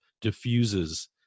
diffuses